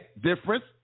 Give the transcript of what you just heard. Difference